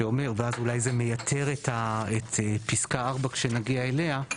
שאומר ואז אולי זה מייתר את פסקה 4 כשנגיע אליה,